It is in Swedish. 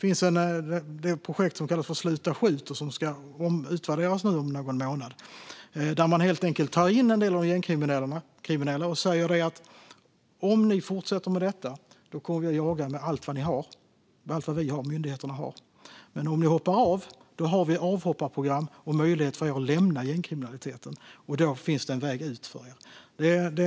I projektet Sluta skjut, som ska utvärderas om någon månad, tar man in en del av de gängkriminella och säger att om ni fortsätter med detta kommer vi myndigheter att jaga er med allt vad vi har, men om ni hoppar av har vi program för det som ger er en möjlighet att lämna gängkriminaliteten.